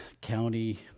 county